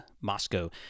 Moscow